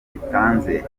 bitanze